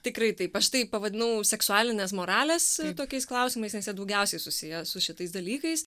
tikrai taip aš tai pavadinau seksualinės moralės tokiais klausimais nes jie daugiausiai susiję su šitais dalykais